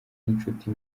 nk’inshuti